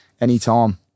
anytime